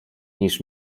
niż